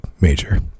major